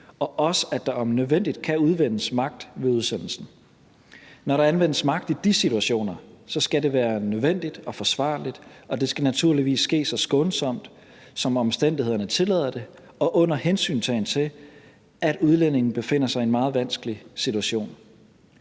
også, at der om nødvendigt kan anvendes magt ved udsendelsen. Når der anvendes magt i de situationer, skal det være nødvendigt og forsvarligt, og det skal naturligvis ske så skånsomt, som omstændighederne tillader det, og under hensyntagen til, at udlændingen befinder sig i en meget vanskelig situation.